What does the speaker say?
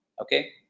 Okay